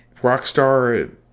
Rockstar